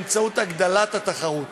באמצעות הגדלת התחרות,